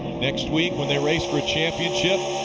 next week when they race for a championship,